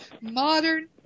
modern